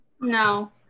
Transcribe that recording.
no